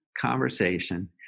conversation